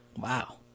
Wow